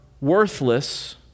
worthless